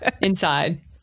inside